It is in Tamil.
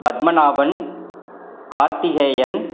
பத்மநாபன் கார்த்திகேயன்